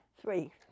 Three